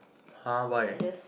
[huh] why